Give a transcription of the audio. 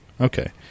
okay